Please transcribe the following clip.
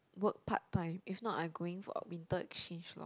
work part time if not I going for winter exchange lor